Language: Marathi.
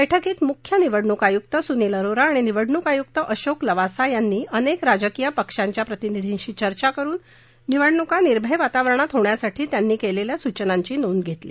बैठकीत मुख्य निवडणूक आयुक्त सुनील अरोरा आणि निवडणूक आयुक्त अशोक लवासा यांनी अनेक राजकीय पक्षाच्या प्रतिनिधींशी चर्चा करुन निवडणुका निर्भय वातावरणात होण्यासाठी त्यांनी केलेल्या सुचनांची नोंद घेतली